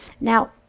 Now